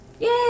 Yay